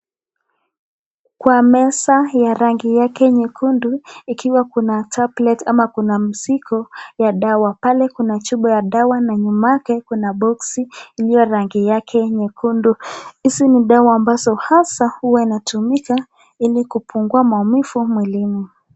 Kwa meza ya rangi yake nyekundu, ikiwa kuna tablet ama kuna mzigo, ya dawa pale kuna chupa ya dawa na nyuma yake, kuna boksi iliyo rangi yake nyekundu, hizi ni dawa ambazo hasa hutumika ili kupunguza maumivu mwilini.